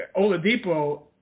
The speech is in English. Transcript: Oladipo